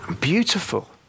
beautiful